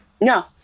No